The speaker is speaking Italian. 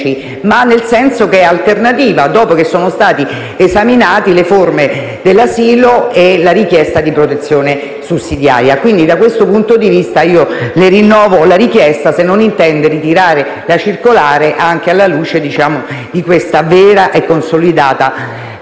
numerici, ma è alternativa, ovvero dopo che sono stati esaminati le forme dell'asilo e la richiesta di protezione sussidiaria. Quindi, da questo punto di vista, le rinnovo la richiesta se non intenda ritirare la circolare, anche alla luce di questo vero e consolidato